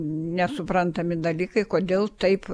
nesuprantami dalykai kodėl taip